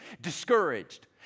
discouraged